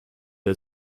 der